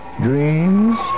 dreams